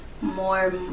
more